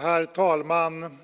Herr talman!